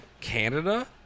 Canada